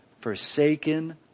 forsaken